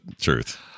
truth